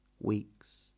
weeks